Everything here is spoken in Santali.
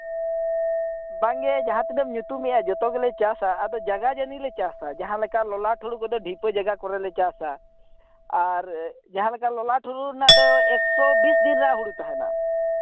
ᱵᱟᱝᱜᱮ ᱡᱟᱦᱟᱸ ᱛᱤᱱᱟᱹᱜ ᱮᱢ ᱧᱩᱛᱩᱢᱮᱜᱼᱟ ᱡᱚᱛᱚ ᱜᱮᱞᱮ ᱪᱟᱥᱟ ᱟᱫᱚ ᱡᱟᱭᱜᱟ ᱡᱟᱹᱱᱤ ᱞᱮ ᱪᱟᱥᱟ ᱡᱟᱦᱟᱸᱞᱮᱠᱟ ᱞᱚᱞᱟᱴ ᱦᱳᱲᱳ ᱠᱚᱫᱚ ᱰᱷᱤᱯᱟᱹ ᱡᱟᱭᱜᱟ ᱠᱚᱨᱮᱞᱮ ᱪᱟᱥᱟ ᱟᱨ ᱡᱟᱦᱟᱸᱞᱮᱠᱟ ᱞᱚᱞᱟᱴ ᱦᱳᱲᱳ ᱨᱮᱱᱟᱜ ᱫᱚ ᱮᱠᱥᱚ ᱵᱤᱥ ᱫᱤᱱ ᱨᱮᱱᱟᱜ ᱦᱳᱲᱳ ᱛᱟᱦᱮᱱᱟ